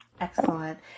Excellent